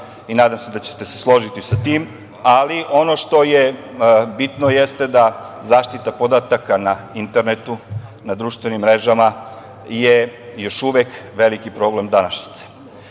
i nadam se da će te se složiti sa tim. Ono što je bitno jeste da je zaštita podataka na internetu, na društvenim mrežama još uvek veliki problem današnjice.